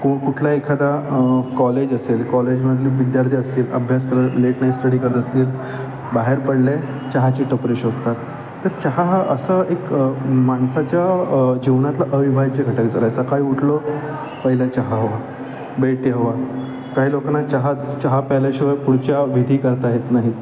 कु कुठला एखादा कॉलेज असेल कॉलेजमधली विद्यार्थी असतील अभ्यास कर लेट नाईट स्टडी करत असतील बाहेर पडले चहाची टपरी शोधतात तर चहा हा असा एक माणसाच्या जीवनातला अविभाज्य घटक झाला आहे सकाळी उठलो पहिला चहा हवा बेड टी हवा काही लोकांना चहा चहा प्यायल्याशिवाय पुढच्या विधी करता येत नाहीत